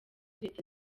leta